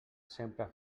sempre